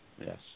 Yes